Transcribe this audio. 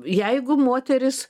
jeigu moteris